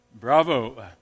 Bravo